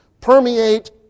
permeate